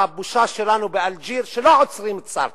"הבושה שלנו באלג'יר" לא עוצרים את סארטר.